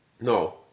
No